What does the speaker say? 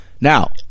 Now